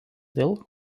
dėl